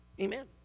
Amen